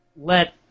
let